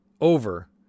over